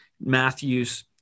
Matthew's